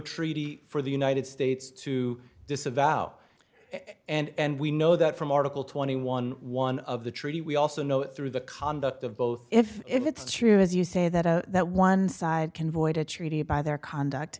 treaty for the united states to disavow and we know that from article twenty one one of the treaty we also know through the conduct of both if if it's true as you say that a that one side can void a treaty by their conduct